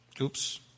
Oops